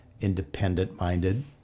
independent-minded